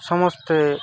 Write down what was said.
ସମସ୍ତେ